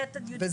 ח' עד י"ב,